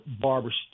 barbers